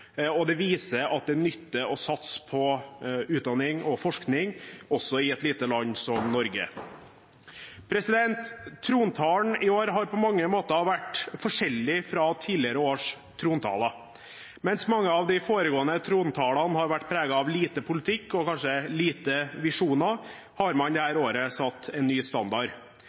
og det viser at det nytter å satse på utdanning og forskning også i et lite land som Norge. Trontalen i år har på mange måter vært forskjellig fra tidligere års trontaler. Mens mange av de foregående års trontaler har vært preget av lite politikk og kanskje lite visjoner, har man dette året satt en ny standard.